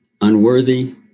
unworthy